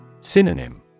Synonym